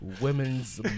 Women's